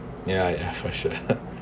ya ya for sure